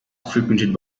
frequented